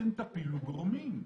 אתם תפילו גורמים.